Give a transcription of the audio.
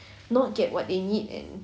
not get what they need and